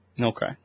Okay